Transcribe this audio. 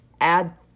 add